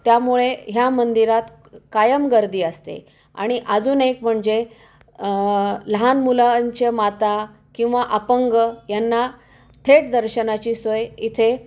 त्यामुळे ह्या मंदिरात कायम गर्दी असते आणि अजून एक म्हणजे लहान मुलांच्या माता किंवा अपंग यांना थेट दर्शनाची सोय इथे